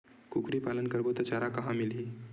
कुकरी पालन करबो त चारा कहां मिलही?